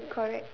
correct